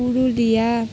Purulia